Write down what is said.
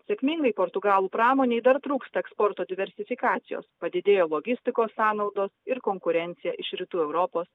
sėkmingai portugalų pramonei dar trūksta eksporto diversifikacijos padidėjo logistikos sąnaudos ir konkurencija iš rytų europos